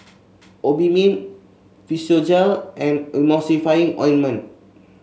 Obimin Physiogel and Emulsying Ointment